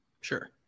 sure